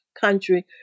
country